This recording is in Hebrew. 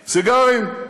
סיגרים.